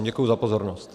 Děkuji za pozornost.